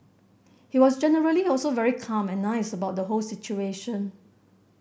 he was generally also very calm and nice about the whole situation